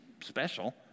special